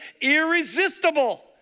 irresistible